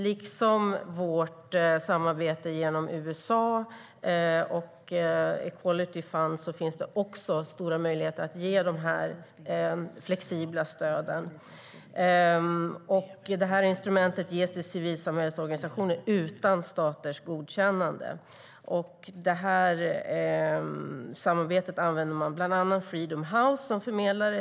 Vi har också ett samarbete genom USA, Equality Fund. Det finns alltså stora möjligheter att ge dessa flexibla stöd. Det här instrumentet ges till civilsamhällets organisationer utan staters godkännande. Samarbetet använder bland annat Freedom House som förmedlare.